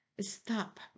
stop